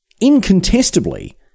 incontestably